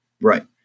right